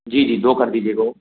जी जी दो कर दीजिएगा वो